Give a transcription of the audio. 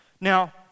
now